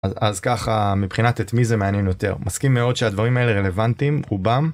אז ככה מבחינת את מי זה מעניין יותר מסכים מאוד שהדברים האלה רלוונטיים ובם.